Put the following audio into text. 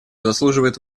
заслуживает